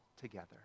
together